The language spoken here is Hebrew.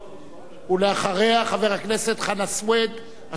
ואחריה חבר הכנסת חנא סוייד, אשר,